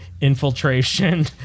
infiltration